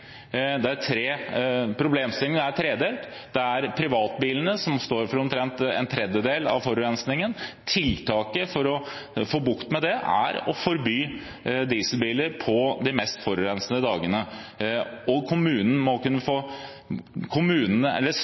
er privatbilene som står for omtrent en tredjedel av forurensningen. Tiltaket for å få bukt med dette er å forby dieselbiler på de mest forurensede dagene. Statens vegvesen må samarbeide med kommunene